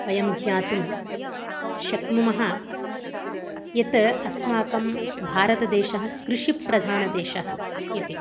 वयं ज्ञातुं शक्नुमः यत् अस्माकं भारतदेशः कृषिप्रधानदेशः इति